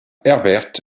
herbert